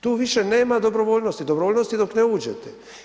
Tu više nema dobrovoljnosti, dobrovoljnost je dok ne uđete.